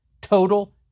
Total